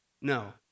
No